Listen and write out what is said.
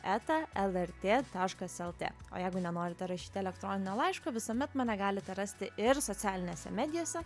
eta lrt taškas lt o jeigu nenorite rašyti elektroninio laiško visuomet mane galite rasti ir socialinėse medijose